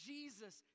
Jesus